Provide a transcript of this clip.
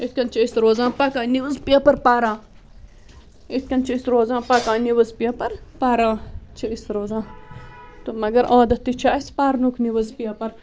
یِتھ کٔنۍ چھِ أسۍ روزان پَکان نِوٕز پیپر پَران یِتھ کٔنۍ چھِ أسۍ روزان پَکان نِوٕز پیپر پَران چھِ أسۍ روزان تہٕ مگر عادتھ تہِ چھُ اَسہِ پرنُک نِوٕز پیپر